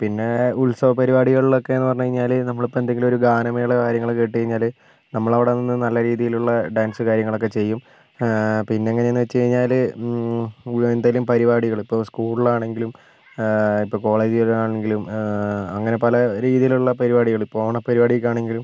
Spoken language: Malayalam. പിന്നെ ഉത്സവ പരിപാടികളിൽ ഒക്കെ എന്ന് പറഞ്ഞ് കഴിഞ്ഞാൽ നമ്മൾ ഇപ്പം എന്തെങ്കിലും ഒരു ഗാനമേളയോ കാര്യങ്ങളോ കേട്ടു കഴിഞ്ഞാൽ നമ്മൾ അവിടെ നിന്ന് നല്ല രീതിയിലുള്ള ഡാൻസും കാര്യങ്ങളൊക്കെ ചെയ്യും പിന്നെ എങ്ങനെയാണ് എന്ന് വെച്ച് കഴിഞ്ഞാൽ എന്തെങ്കിലും പരിപാടികൾ ഇപ്പോൾ സ്കൂളിൽ ആണെങ്കിലും ഇപ്പം കോളേജിൽ ആണെങ്കിലും അങ്ങനെ പല രീതിയിലുള്ള പരിപാടികൾ ഇപ്പോൾ ഓണ പരിപാടിയൊക്കെ ആണെങ്കിലും